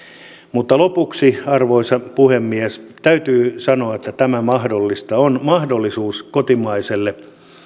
mutta lopuksi arvoisa puhemies täytyy sanoa että tämä on mahdollisuus kotimaiselle